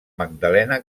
magdalena